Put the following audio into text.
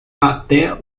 até